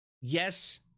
Yes